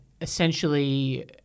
essentially